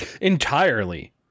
Entirely